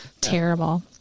Terrible